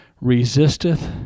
resisteth